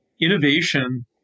Innovation